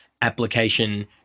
application